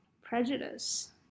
prejudice